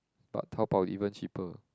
but Taobao even cheaper